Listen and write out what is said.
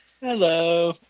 Hello